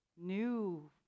new